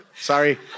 Sorry